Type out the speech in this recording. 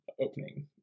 opening